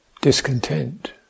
Discontent